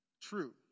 true